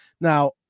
now